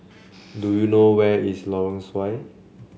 do you know where is Lorong Sesuai